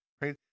right